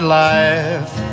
life